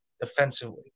defensively